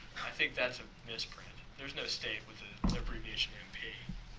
i think that's a misprint, there's no state with an abbreviation mp.